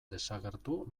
desagertu